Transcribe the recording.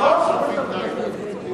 במקום לשרוף נייר, שורפים ניילון.